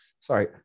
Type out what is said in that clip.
sorry